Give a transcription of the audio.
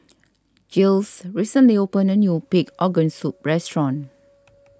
Giles recently opened a new Pig Organ Soup restaurant